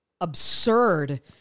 absurd